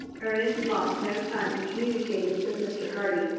ernest lost no time in communicating with mr. hardy.